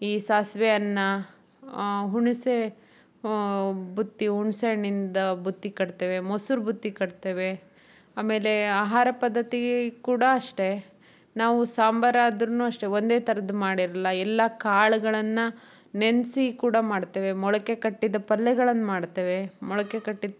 ಈ ಸಾಸಿವೆ ಅನ್ನ ಹುಣಿಸೆ ಬುತ್ತಿ ಹುಣಿಸೆ ಹಣ್ಣಿಂದ ಬುತ್ತಿ ಕಟ್ತೇವೆ ಮೊಸ್ರು ಬುತ್ತಿ ಕಟ್ತೇವೆ ಆಮೇಲೆ ಆಹಾರ ಪದ್ಧತಿ ಕೂಡ ಅಷ್ಟೆ ನಾವು ಸಾಂಬಾರ್ ಆದರು ಅಷ್ಟೆ ಒಂದೆ ಥರದ್ದು ಮಾಡಿರಲ್ಲ ಎಲ್ಲ ಕಾಳ್ಗಳನ್ನು ನೆನೆಸಿ ಕೂಡ ಮಾಡ್ತೇವೆ ಮೊಳಕೆ ಕಟ್ಟಿದ ಪಲ್ಯಗಳನ್ನು ಮಾಡ್ತೇವೆ ಮೊಳಕೆ ಕಟ್ಟಿದ